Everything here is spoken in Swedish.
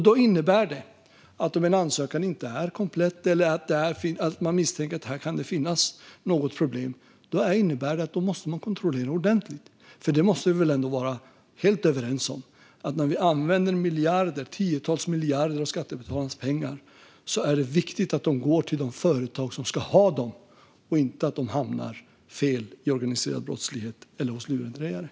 Det innebär att om en ansökan inte är komplett eller om man misstänker att det kan finnas något problem måste man kontrollera det ordentligt. Vi måste väl ändå vara helt överens om att när vi använder tiotals miljarder av skattebetalarnas pengar är det viktigt att de går till de företag som ska ha dem och inte att de hamnar fel i organiserad brottslighet eller hos lurendrejare.